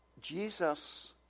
Jesus